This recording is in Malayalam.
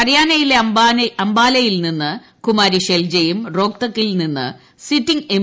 ഹരിയാനയിലെ അംബാലയിൽ നിന്ന് കുമാരി ഷെൽജയും റോത്തക്കിൽ നിന്ന് സിറ്റിംഗ് എം